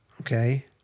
Okay